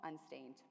unstained